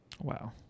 Wow